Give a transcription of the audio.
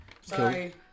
Sorry